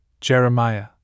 Jeremiah